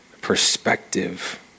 perspective